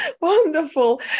Wonderful